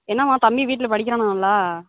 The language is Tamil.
என்னாம்மா தம்பி வீட்டில் படிக்கிறானா நல்லா